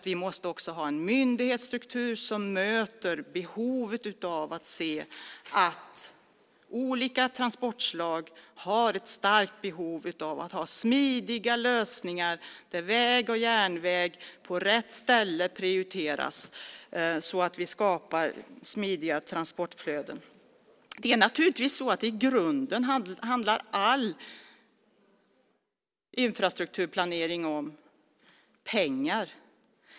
Vi måste ha en myndighetsstruktur som möter behovet av att se att olika transportslag har ett starkt behov av att ha smidiga lösningar där väg och järnväg på rätt ställe prioriteras. På det sättet skapar vi smidiga transportflöden. I grunden handlar all infrastrukturplanering om pengar.